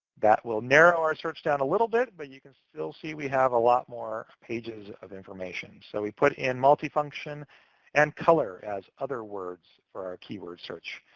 that will narrow our search down a little bit, but you can still see we have a lot more pages of information. so we put in multifunction and color as other words for our keyword search.